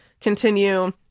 continue